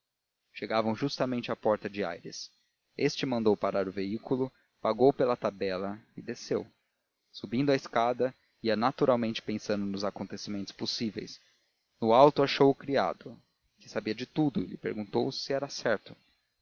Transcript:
chegavam justamente à porta de aires este mandou parar o veículo pagou pela tabela e desceu subindo a escada ia naturalmente pensando nos acontecimentos possíveis no alto achou o criado que sabia tudo e lhe perguntou se era certo